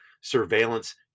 surveillance